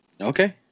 Okay